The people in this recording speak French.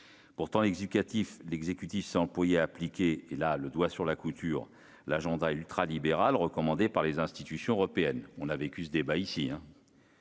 explicatif l'exécutif s'employer à appliquer et là le doigt sur la couture l'agenda ultralibéral recommandées par les institutions européennes, on a vécu ce débat ici,